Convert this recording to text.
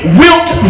wilt